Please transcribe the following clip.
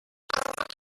frames